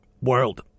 world